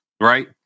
right